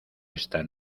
esta